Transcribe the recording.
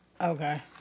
Okay